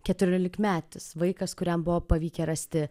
keturiolikmetis vaikas kuriam buvo pavykę rasti